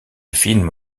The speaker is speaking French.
film